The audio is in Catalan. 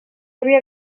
havia